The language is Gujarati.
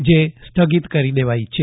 જે સ્થગીત કરી દેવાઇ છે